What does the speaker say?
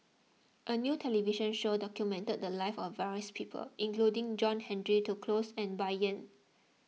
a new television show documented the lives of various people including John Henry Duclos and Bai Yan